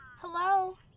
Hello